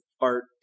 art